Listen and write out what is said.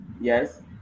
Yes